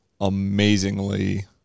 amazingly